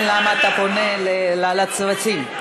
אני לא כל כך מבינה למה אתה פונה לצוותים.